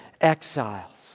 exiles